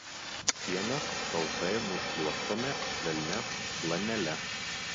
sienas sausai nušluostome švelnia flanele